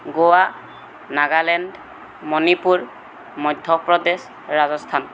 Goa Nagaland Manipur Madhya Pradesh Rajasthan